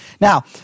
Now